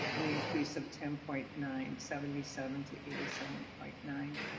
an increase of ten point nine, seventy seven to eighty seven point nine.